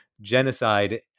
genocide